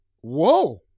Whoa